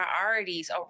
priorities